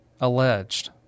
alleged